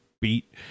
beat